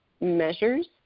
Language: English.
measures